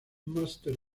máster